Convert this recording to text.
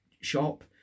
shop